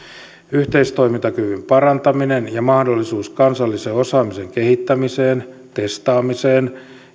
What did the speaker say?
yhteistoimintakyvyn parantaminen ja mahdollisuus kansallisen osaamisen kehittämiseen testaamiseen